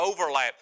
overlap